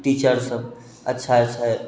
teacher सब अच्छा छै